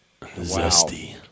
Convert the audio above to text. Zesty